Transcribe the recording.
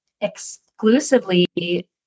exclusively